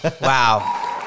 Wow